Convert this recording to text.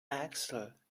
axel